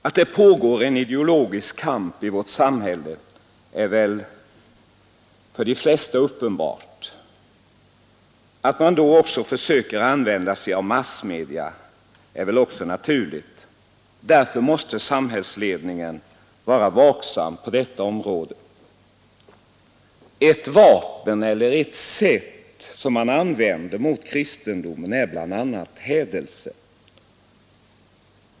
Att det pågår en ideologisk kamp i vårt samhälle är väl för de flesta uppenbart. Att man då också försöker att använda massmedia är väl naturligt. Därför måste samhällsledningen vara vaksam på detta område. Ett av de vapen som man använder i kampen är hädelse.